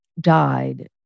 died